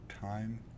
time